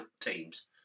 teams